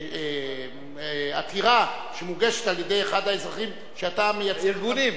עתירה שמוגשת על-ידי האזרחים שאתה, ארגונים.